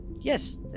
yes